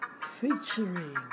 featuring